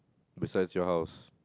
besides your house